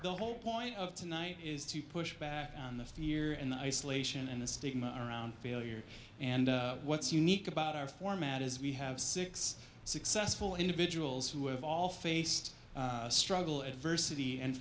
the whole point of tonight is to push back on the fear and the isolation and the stigma around failure and what's unique about our format is we have six successful individuals who have all faced struggle adversity and